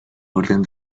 orden